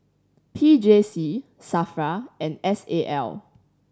P J C SAFRA and S A L